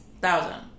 Thousand